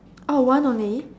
oh one only